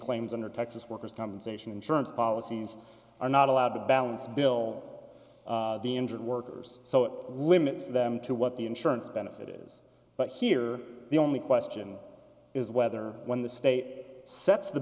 claims under texas workers compensation insurance policies are not allowed to balance bill the injured workers so it limits them to what the insurance benefit is but here the only question is whether when the state sets the